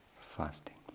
fasting